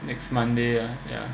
next monday ah yeah